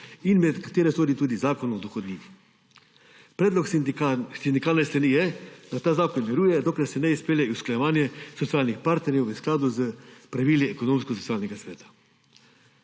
in med katere sodi tudi Zakon o dohodnini. Predlog sindikalne strani je, da ta zakon miruje, dokler se ne izpelje usklajevanje socialnih partnerjev v skladu s pravili Ekonomsko-socialnega sveta.